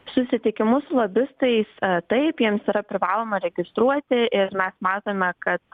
susitikimus su lobistais taip jiems yra privaloma registruoti ir mes matome kad